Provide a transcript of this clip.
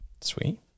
Sweet